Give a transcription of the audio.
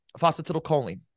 phosphatidylcholine